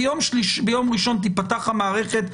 ביום ראשון תיפתח המערכת,